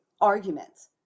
arguments